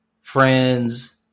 friends